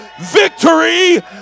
victory